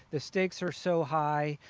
the stakes are so high.